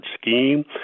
scheme